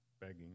begging